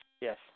Yes